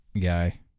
guy